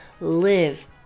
live